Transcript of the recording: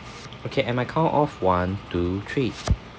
okay at my count of one two three